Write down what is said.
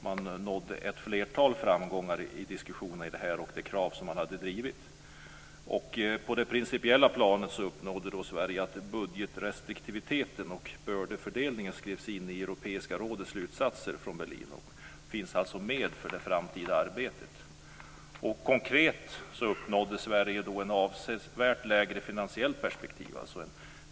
Man nådde ett flertal framgångar i diskussionerna om det här och med de krav som man hade drivit. På det principiella planet uppnådde Sverige att budgetrestriktiviteten och bördefördelningen skrevs in i Europeiska rådets slutsatser från Berlin, och de finns alltså med för det framtida arbetet. Konkret uppnådde Sverige ett avsevärt lägre finansiellt perspektiv.